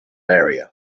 area